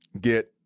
get